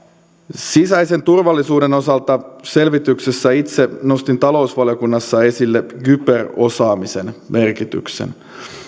sisäisen turvallisuuden osalta selvityksessä itse nostin talousvaliokunnassa esille kyberosaamisen merkityksen